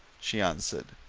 she answered.